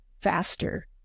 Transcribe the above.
faster